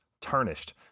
tarnished